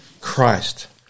Christ